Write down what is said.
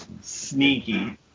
Sneaky